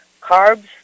carbs